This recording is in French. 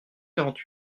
quarante